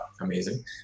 amazing